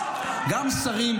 --- גם שרים,